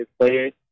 players